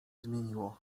zmieniło